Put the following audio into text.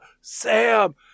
Sam